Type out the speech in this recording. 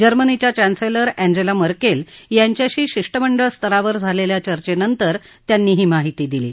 जर्मनीच्या chancellor Angela Merkel यांच्याशी शिष्टमंडळ स्तरावर झालेल्या चर्चेनंतर ही माहिती दिली आहे